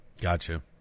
gotcha